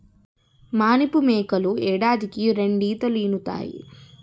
మానిపు మేకలు ఏడాదికి రెండీతలీనుతాయి